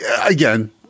again